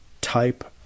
type